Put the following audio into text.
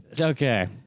Okay